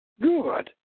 Good